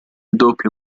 doppio